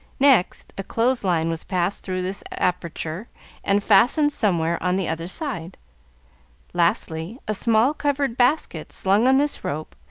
next, a clothes line was passed through this aperture and fastened somewhere on the other side lastly, a small covered basket, slung on this rope,